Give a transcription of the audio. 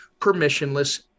permissionless